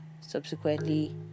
Subsequently